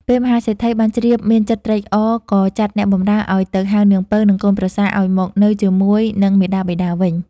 ពេលមហាសេដ្ឋីបានជ្រាបមានចិត្តត្រេកអរណាស់ក៏ចាត់អ្នកបម្រើឲ្យទៅហៅនាងពៅ និងកូនប្រសាឲ្យមកនៅជាមួយនឹងមាតាបិតាវិញ។